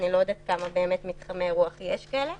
איני יודעת כמה מתחמי אירוח יש כאלה,